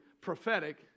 prophetic